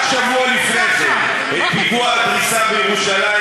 את פיגוע הדריסה בירושלים,